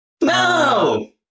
No